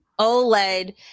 OLED